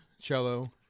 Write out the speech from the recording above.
cello